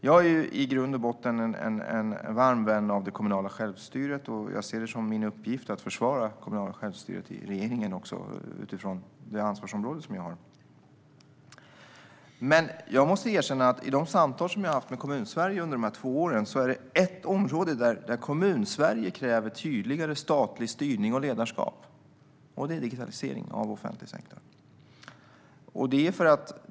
Jag är i grund och botten en varm vän av det kommunala självstyret, och jag ser det som min uppgift att försvara det i regeringen utifrån det ansvarsområde jag har. Jag måste dock erkänna att i de samtal som jag har haft med Kommunsverige under dessa två år är det ett område där Kommunsverige kräver tydligare statlig styrning och ledarskap, och det är digitaliseringen av offentlig sektor.